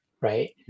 right